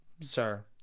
Sir